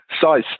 size